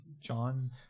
John